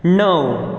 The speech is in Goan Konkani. णव